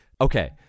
okay